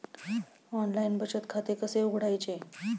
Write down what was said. Online बचत खाते कसे उघडायचे?